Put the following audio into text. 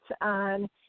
on